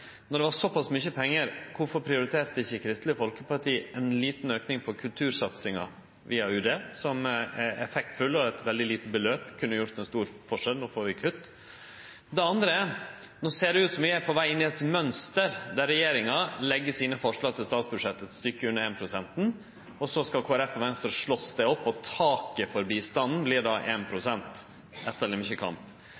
Når det var såpass mykje pengar, kvifor prioriterte ikkje Kristeleg Folkeparti ein liten auke i kultursatsinga, via Utanriksdepartementet, som ville vore effektfullt? Eit veldig lite beløp kunne gjort ein stor forskjell. No får vi kutt. Det andre er: No ser det ut som om vi er på veg inn i eit mønster, der regjeringa legg sine forslag til statsbudsjett eit stykke under 1 pst.-en, og så skal Kristeleg Folkeparti og Venstre slåst det opp. Taket for bistanden